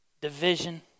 division